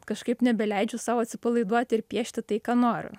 kažkaip nebeleidžiu sau atsipalaiduot ir piešti tai ką noriu